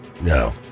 No